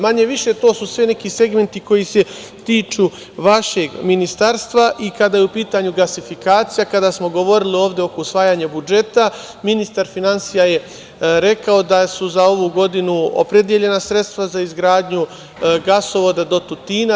Manje-više to su sve neki segmenti koji se tiču vašeg ministarstva i kada je u pitanju gasifikacija, kada smo govorili ovde oko usvajanja budžeta, ministar finansija je rekao da su za ovu godinu opredeljena sredstva za izgradnju gasovoda do Tutina.